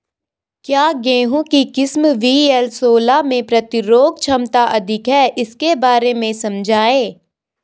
क्या गेहूँ की किस्म वी.एल सोलह में प्रतिरोधक क्षमता अधिक है इसके बारे में समझाइये?